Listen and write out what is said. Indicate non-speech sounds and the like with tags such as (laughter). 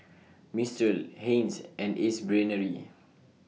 (noise) Mistral Heinz and Ace Brainery